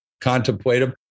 contemplative